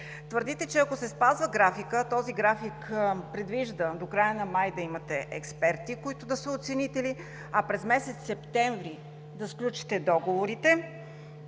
Твърдите, че ако се спазва графикът, той предвижда до края на май да имате експерти, които да са оценители, а през месец септември да сключите договори.